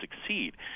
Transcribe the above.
succeed